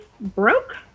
broke